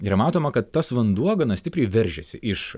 yra matoma kad tas vanduo gana stipriai veržiasi iš